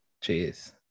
Cheers